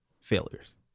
failures